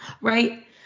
right